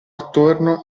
attorno